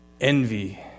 envy